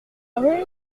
rue